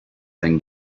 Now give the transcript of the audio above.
then